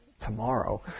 tomorrow